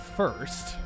first